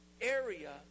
area